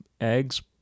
eggs